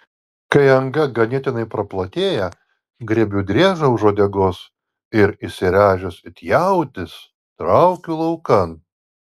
kai anga ganėtinai praplatėja griebiu driežą už uodegos ir įsiręžęs it jautis traukiu laukan